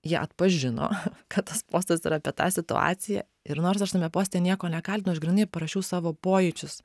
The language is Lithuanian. jie atpažino kad tas postas yra apie tą situaciją ir nors aš tame poste nieko nekaltinau aš grynai parašiau savo pojūčius